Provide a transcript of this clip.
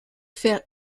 faire